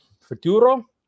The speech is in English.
Futuro